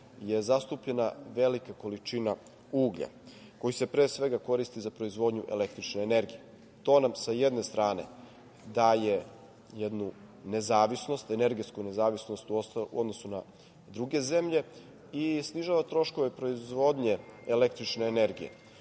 je zastupljena velika količina uglja koji se pre svega koristi za proizvodnju električne energije. To nam, sa jedne strane, daje jednu nezavisnost, energetsku nezavisnost u odnosu na druge zemlje i snižava troškove proizvodnje električne energije,